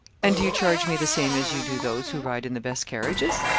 and do you charge me the same as you do those who ride in the best carriages?